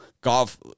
golf